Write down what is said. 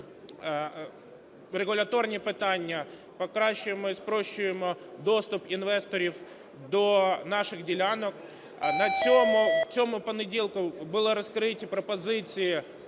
регуляторні питання, покращуємо і спрощуємо доступ інвесторів до наших ділянок. На цьому понеділку були розкриті пропозиції